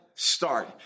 start